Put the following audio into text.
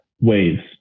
waves